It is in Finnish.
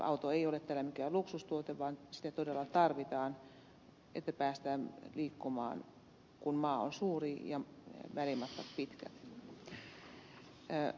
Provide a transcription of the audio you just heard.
auto ei ole täällä mikään luksustuote vaan sitä todella tarvitaan että päästään liikkumaan kun maa on suuri ja välimatkat pitkät